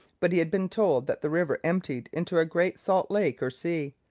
but he had been told that the river emptied into a great salt lake or sea,